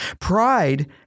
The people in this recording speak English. Pride